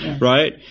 Right